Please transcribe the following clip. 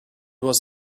was